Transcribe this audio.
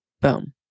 Boom